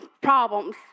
problems